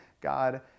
God